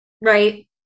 Right